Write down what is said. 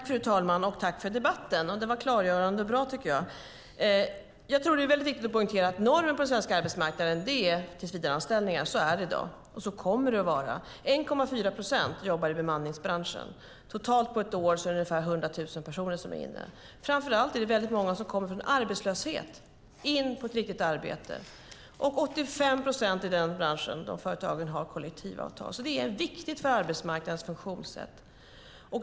Fru talman! Tack för debatten! Den var klargörande och bra. Det är viktigt att poängtera att normen på den svenska arbetsmarknaden är tillsvidareanställningar. Så är det i dag, och så kommer det att vara. 1,4 procent jobbar i bemanningsbranschen. Totalt på ett år är det ungefär 100 000 personer. Framför allt är det många som kommer från arbetslöshet in på ett riktigt arbete. 85 procent av företagen i branschen har kollektivavtal. Det är viktigt för arbetsmarknadens funktionssätt.